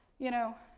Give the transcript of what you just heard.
you know,